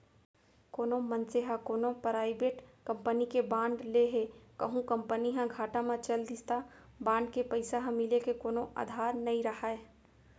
कोनो मनसे ह कोनो पराइबेट कंपनी के बांड ले हे कहूं कंपनी ह घाटा म चल दिस त बांड के पइसा ह मिले के कोनो अधार नइ राहय